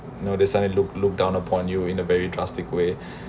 now they like look look down upon you in a very drastic way